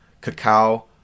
cacao